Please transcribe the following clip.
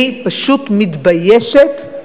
אני פשוט מתביישת.